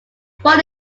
born